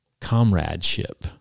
comradeship